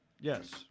Yes